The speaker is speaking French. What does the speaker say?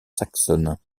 saxonne